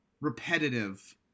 repetitive